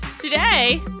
Today